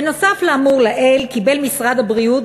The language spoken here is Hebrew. בנוסף לאמור לעיל קיבל משרד הבריאות,